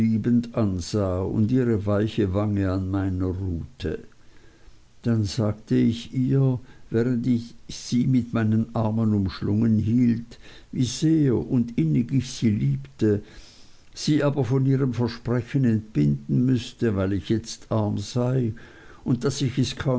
und ihre weiche wange an meiner ruhte dann sagte ich ihr während ich sie mit meinen armen umschlungen hielt wie sehr und innig ich sie liebte sie aber von ihrem versprechen entbinden müßte weil ich jetzt arm sei und daß ich es